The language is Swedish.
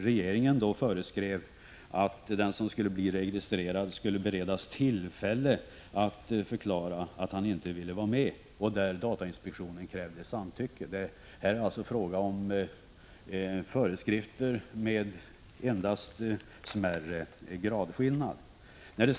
Regeringen föreskrev att den som skulle bli registrerad skulle beredas tillfälle att förklara om han inte ville vara med, och datainspektionen krävde samtycke. Här är det alltså fråga om endast en smärre gradskillnad mellan föreskrifterna.